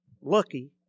lucky